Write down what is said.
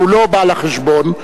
שהוא לא בעל החשבון?